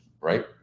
right